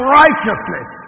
righteousness